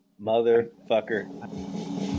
motherfucker